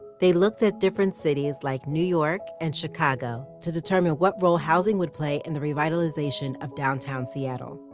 they looked at different cities like new york and chicago to determine what role housing would play in the revitalization of downtown seattle.